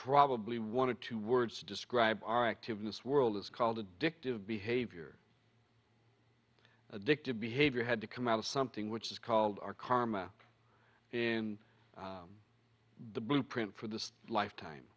probably want to two words to describe our active in this world is called addictive behavior addictive behavior had to come out of something which is called our karma and the blueprint for the lifetime